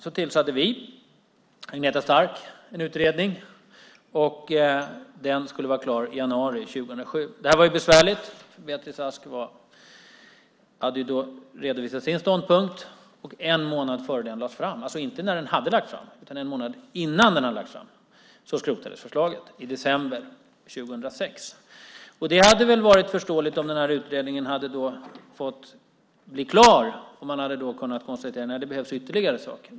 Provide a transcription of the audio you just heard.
Sedan tillsatte vi en utredning ledd av Agneta Stark. Den skulle vara klar i januari 2007. Det här var besvärligt för Beatrice Ask. Hon hade redovisat sin ståndpunkt, och en månad innan utredningen lades fram, alltså inte när den hade lagts fram, skrotades förslaget, i december 2006. Det hade väl varit förståeligt om utredningen hade blivit klar, och man hade konstaterat att det behövdes ytterligare saker.